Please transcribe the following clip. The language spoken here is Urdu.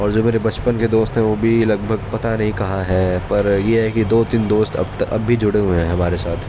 اور جو میرے بچپن کے دوست ہیں وہ بھی لگ بھگ پتا نہیں کہاں ہیں پر یہ ہے کہ دو تین دوست اب تک اب بھی جڑے ہوئے ہیں ہمارے ساتھ